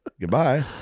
Goodbye